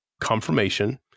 confirmation